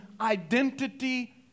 identity